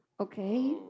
Okay